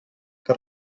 que